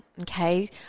Okay